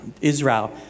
Israel